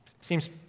Seems